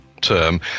term